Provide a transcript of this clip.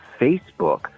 Facebook